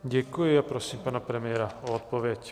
Děkuji a prosím pana premiéra o odpověď.